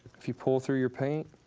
if you pull through your paint